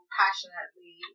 passionately